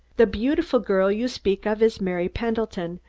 the beautiful girl you speak of is mary pendleton,